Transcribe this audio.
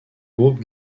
groupe